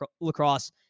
lacrosse